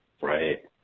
Right